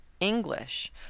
English